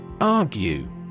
Argue